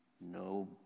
no